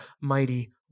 mighty